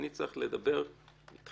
אני צריך לדבר אתכם,